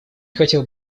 хотел